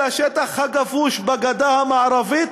אל השטח הכבוש בגדה המערבית,